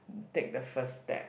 take the first step